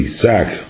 sack